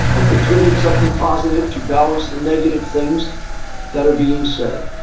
or contribute something positive to balance the negative things that are being said.